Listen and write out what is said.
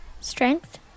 Strength